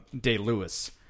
Day-Lewis